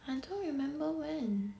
I don't remember when